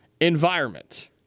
environment